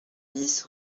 bis